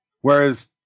Whereas